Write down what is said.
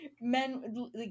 men